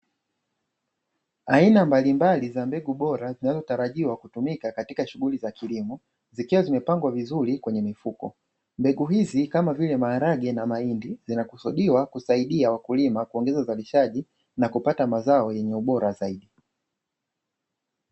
Aina mbalimbali za mbegu bora zinazotarajiwa kutumika katika shughuli za kilimo zikiwa zimepangwa vizuri kwenye mifuko, mbegu hizi kama vile maharage na mahindi zinakusudiwa kusadia wakulima kuongeza uzalishaji na kupata mazao yenye ubora zaidi.